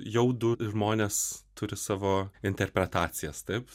jau du žmonės turi savo interpretacijas taip